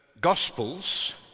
Gospels